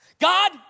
God